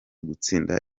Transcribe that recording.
gutsinda